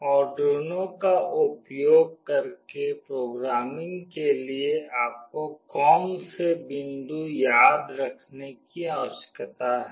Arduino का उपयोग करके प्रोग्रामिंग के लिए आपको कौन से बिंदु याद रखने की आवश्यकता है